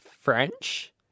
French